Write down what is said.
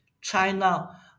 China